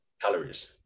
calories